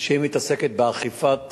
שמתעסקת למעשה באכיפת